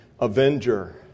avenger